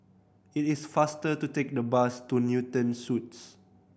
it is faster to take the bus to Newton Suites